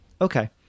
Okay